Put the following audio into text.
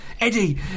Eddie